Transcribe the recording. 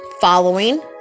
following